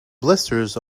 blisters